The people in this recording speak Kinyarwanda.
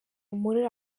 muri